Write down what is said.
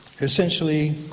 essentially